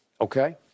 Okay